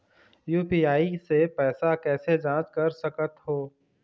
UPI से पैसा कैसे जाँच कर सकत हो?